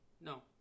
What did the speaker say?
no